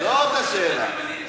אני, אם אני אהיה,